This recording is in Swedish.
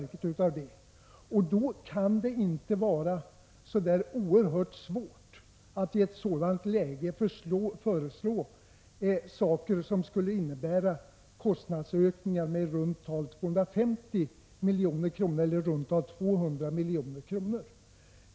I ett sådant läge kan det inte vara så oerhört svårt att föreslå saker, som skulle innebära kostnadsökningar på i runt tal 200 milj.kr.